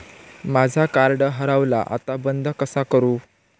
माझा कार्ड हरवला आता बंद कसा करू?